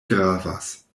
gravas